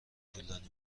طولانی